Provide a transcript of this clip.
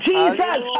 Jesus